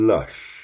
Lush